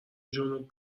جنوب